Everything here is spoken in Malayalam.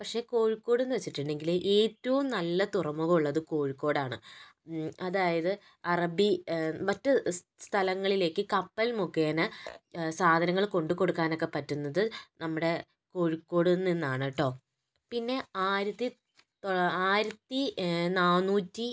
പക്ഷേ കോഴിക്കോട് എന്ന് വെച്ചിട്ടിണ്ടെങ്കില് ഏറ്റവും നല്ല തുറമുഖമുള്ളത് കോഴിക്കോടാണ് അതായത് അറബി മറ്റ് സ് സ്ഥലങ്ങളിലേക്ക് കപ്പൽ മുഖേന സാധനങ്ങള് കൊണ്ടുകൊടുക്കാനൊക്കെ പറ്റുന്നത് നമ്മുടെ കോഴിക്കോടിൽ നിന്നാണ് കെട്ടോ പിന്നെ ആയിരത്തി തൊള്ള ആയിരത്തി നാന്നൂറ്റി